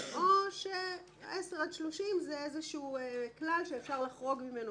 או ש-10 עד 30 זה איזשהו כלל שאפשר לחרוג ממנו